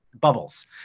bubbles